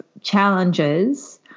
challenges